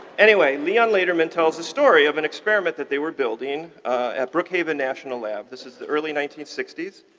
anyway, leon lederman tells the story of an experiment that they were building at brookhaven national lab. this is the early nineteen sixty s.